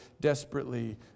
desperately